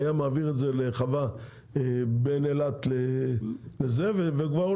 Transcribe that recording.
היה מעביר את זה לחווה בין אילת לזה וכבר הוא